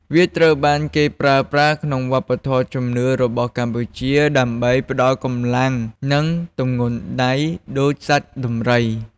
វាត្រូវបានគេប្រើប្រាស់ក្នុងវប្បធម៌ជំនឿរបស់កម្ពុជា ដើម្បីផ្តល់កម្លាំង និងទម្ងន់ដៃដូចសត្វដំរី។